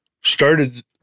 started